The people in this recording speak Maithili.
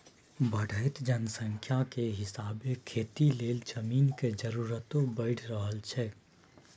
बढ़इत जनसंख्या के हिसाबे खेती लेल जमीन के जरूरतो बइढ़ रहल छइ